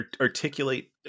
articulate